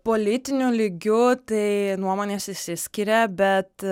politiniu lygiu tai nuomonės išsiskiria bet